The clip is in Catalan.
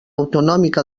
autonòmica